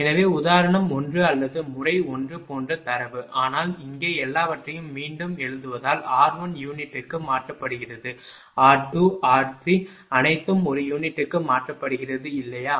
எனவே உதாரணம் 1 அல்லது முறை 1 போன்ற தரவு ஆனால் இங்கே எல்லாவற்றையும் மீண்டும் எழுதுவதால் r1 யூனிட்டுக்கு மாற்றப்படுகிறது r2r3 அனைத்தும் ஒரு யூனிட்டுக்கு மாற்றப்படுகிறது இல்லையா